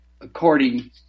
according